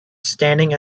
standing